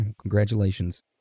congratulations